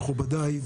מכובדיי,